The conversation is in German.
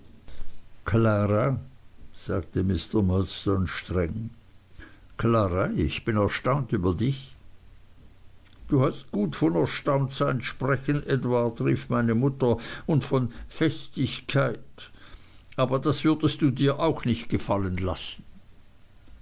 klara sagte mr murdstone streng klara ich bin erstaunt über dich du hast gut von erstaunt sein sprechen edward rief meine mutter und von festigkeit aber das würdest du dir auch nicht gefallen lassen